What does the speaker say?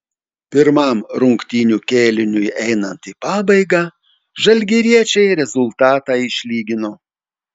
pirmam rungtynių kėliniui einant į pabaigą žalgiriečiai rezultatą išlygino